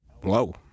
Whoa